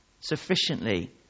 sufficiently